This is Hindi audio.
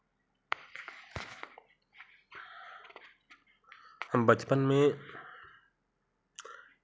हम बचपन में